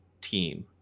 team